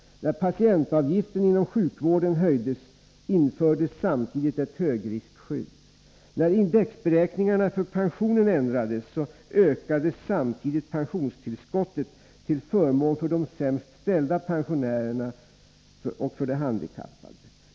När patientavgiften inom sjukvården höjdes infördes samtidigt ett högriskskydd. När indexberäkningarna för pensionen ändrades ökade samtidigt pensionstillskottet till förmån för de sämst ställda pensionärerna och för de handikappade.